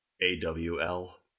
A-W-L